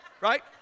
right